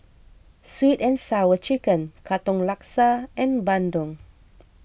Sweet and Sour Chicken Katong Laksa and Bandung